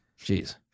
Jeez